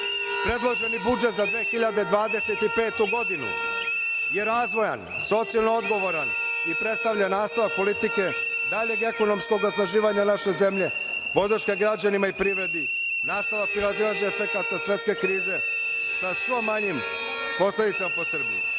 suočili. Predloženi budžet za 2025. godinu je razvojan, socijalno odgovoran i predstavlja nastavak politike daljeg ekonomskog osnaživanja naše zemlje, podrška građanima i privredi, nastavak prevazilaženja svetske krize sa što manjim posledicama po Srbiju.